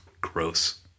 gross